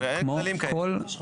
כן, ואין כללים כאלה.